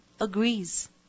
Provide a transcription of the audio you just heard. agrees